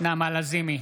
נעמה לזימי,